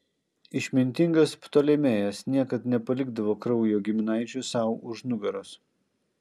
išmintingas ptolemėjas niekad nepalikdavo kraujo giminaičio sau už nugaros